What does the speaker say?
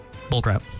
Bullcrap